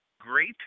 great